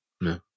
No